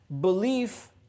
belief